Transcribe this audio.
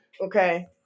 Okay